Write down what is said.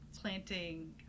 planting